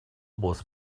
was